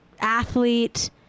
athlete